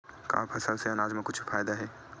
का फसल से आनाज मा कुछु फ़ायदा हे?